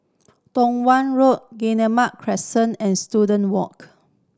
Tong Watt Road Guillemard Crescent and Student Walk